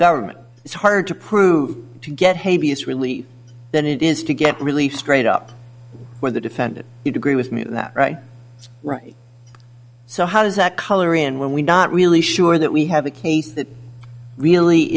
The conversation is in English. government it's hard to prove to get hay vs relief than it is to get relief straight up where the defendant you'd agree with me that right right so how does that color in when we not really sure that we have a case that really